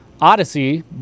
Odyssey